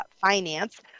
Finance